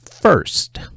first